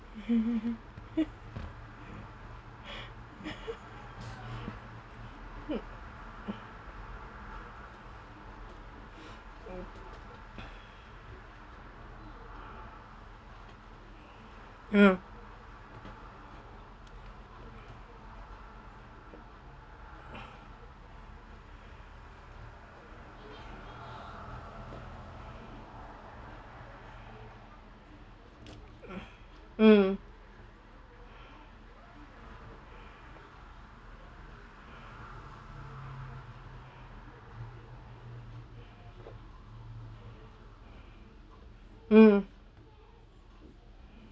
mm mm mm